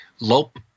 lope